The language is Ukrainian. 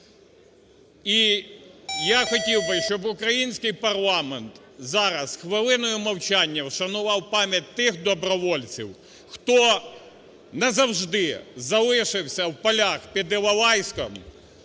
І я хотів би, щоб український парламент зараз хвилиною мовчання вшанував пам'ять тих добровольців, хто назавжди залишився в полях під Іловайськом,